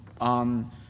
on